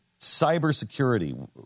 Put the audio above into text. Cybersecurity